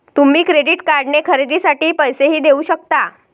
तुम्ही क्रेडिट कार्डने खरेदीसाठी पैसेही देऊ शकता